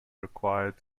required